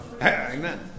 Amen